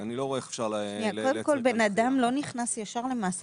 אני לא רואה איך אפשר לייצר --- קודם כל בן אדם לא נכנס ישר למאסר,